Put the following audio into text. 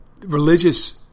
religious